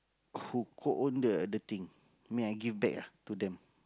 who co-own the the thing mean I give back ah to them